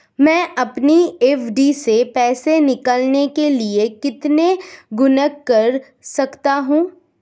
मैं अपनी एफ.डी से पैसे निकालने के लिए कितने गुणक कर सकता हूँ?